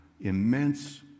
immense